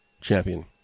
Champion